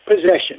possession